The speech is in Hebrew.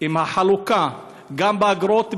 אם החלוקה גם באגרות בנייה,